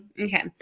Okay